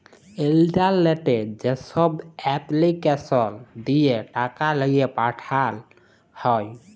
ইলটারলেটে যেছব এপলিকেসল দিঁয়ে টাকা লিঁয়ে পাঠাল হ্যয়